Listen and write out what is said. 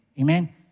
Amen